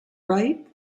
right